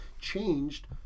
changed